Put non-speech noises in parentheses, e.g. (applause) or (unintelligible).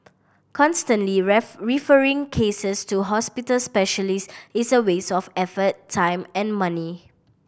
constantly (unintelligible) referring cases to hospital specialist is a waste of effort time and money